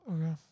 Okay